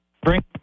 bring